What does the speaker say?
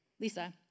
Lisa